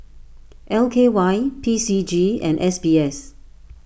L K Y P C G and S B S